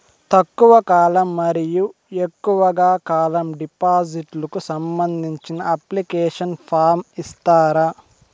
తక్కువ కాలం మరియు ఎక్కువగా కాలం డిపాజిట్లు కు సంబంధించిన అప్లికేషన్ ఫార్మ్ ఇస్తారా?